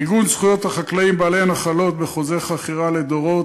עיגון זכויות החקלאים בעלי הנחלות בחוזה חכירה לדורות,